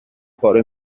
پاره